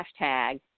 hashtag